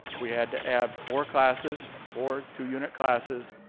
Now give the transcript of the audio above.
we had to add four classes, four two unit classes,